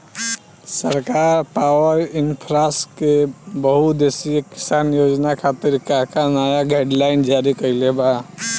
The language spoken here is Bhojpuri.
सरकार पॉवरइन्फ्रा के बहुउद्देश्यीय किसान योजना खातिर का का नया गाइडलाइन जारी कइले बा?